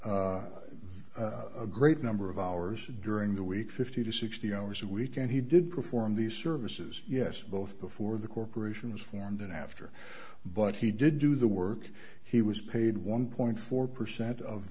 a great number of hours during the week fifty to sixty hours a week and he did perform these services yes both before the corporation was formed and after but he did do the work he was paid one point four percent of